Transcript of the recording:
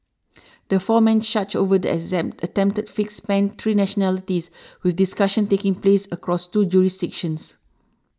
the four men charged over the exam attempted fix spanned three nationalities with discussions taking place across two jurisdictions